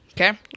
Okay